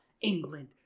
England